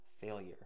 failure